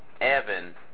Evan